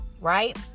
right